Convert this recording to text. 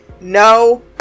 no